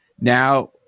Now